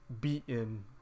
beaten